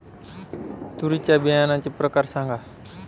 तूरीच्या बियाण्याचे प्रकार सांगा